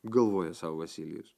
galvoja sau vasilijus